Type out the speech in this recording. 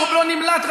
לא נמלט,